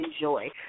Enjoy